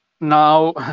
now